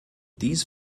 dies